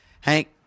Hank